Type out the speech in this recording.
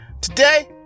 Today